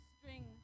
string